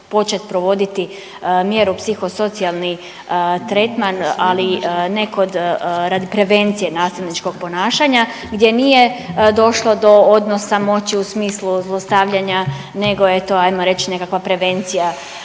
početi provoditi mjeru psihosocijalni tretman, ali ne kod, radi prevencije nasilničkog ponašanja, gdje nije došlo do odnosa moći u smislu zlostavljanja, nego je to, ajmo reći, nekakva prevencija